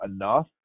enough